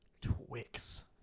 Twix